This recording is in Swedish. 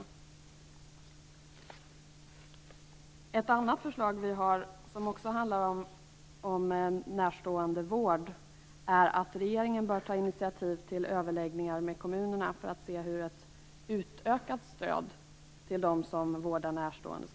Vi har ett annat förslag som också handlar om närståendevård, nämligen att regeringen bör ta initiativ till överläggningar med kommunerna för att se hur ett utökat stöd skall kunna ges till dem som vårdar närstående.